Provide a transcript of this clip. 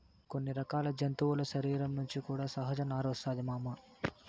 కొన్ని రకాల జంతువుల శరీరం నుంచి కూడా సహజ నారొస్తాది మామ